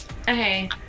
okay